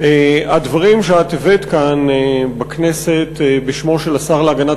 הדברים שאת הבאת כאן בכנסת בשמו של השר להגנת